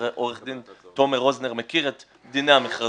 עורך דין תומר רוזנר מכיר את דיני המכרזים,